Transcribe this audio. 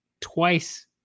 twice